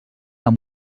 amb